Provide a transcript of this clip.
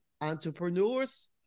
entrepreneurs